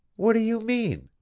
what do you mean?